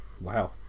Wow